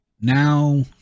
now